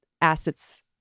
assets